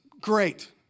Great